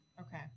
Okay